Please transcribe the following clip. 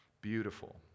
beautiful